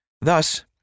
Thus